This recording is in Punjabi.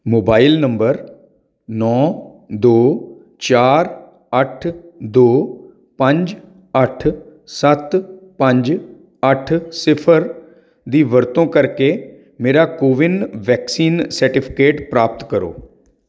ਮੋਬਾਈਲ ਨੰਬਰ ਨੌਂ ਦੋ ਚਾਰ ਅੱਠ ਦੋ ਪੰਜ ਅੱਠ ਸੱਤ ਪੰਜ ਅੱਠ ਸਿਫਰ ਦੀ ਵਰਤੋਂ ਕਰਕੇ ਮੇਰਾ ਕੋਵਿਨ ਵੈਕਸੀਨ ਸਰਟੀਫਿਕੇਟ ਪ੍ਰਾਪਤ ਕਰੋ